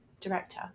director